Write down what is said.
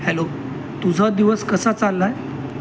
hello तुझा दिवस कसा चालला आहे